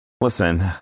Listen